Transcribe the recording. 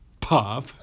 Pop